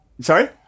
sorry